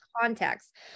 context